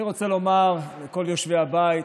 אני רוצה לומר לכל יושבי הבית,